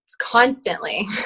constantly